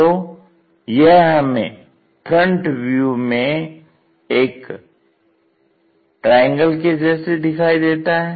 तो यह हमें FV में एक ट्रायंगल के जैसे दिखाई देता है